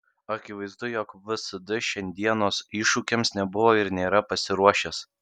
akivaizdu jog vsd šiandienos iššūkiams nebuvo ir nėra pasiruošęs